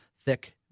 thick